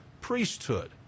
priesthood